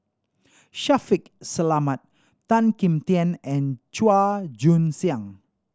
Shaffiq Selamat Tan Kim Tian and Chua Joon Siang